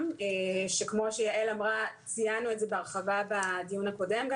שכמו שיעל אמרה ציינו את זה בהרחבה בדיון הקודם.